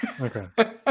Okay